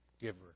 giver